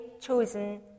chosen